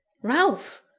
ralph!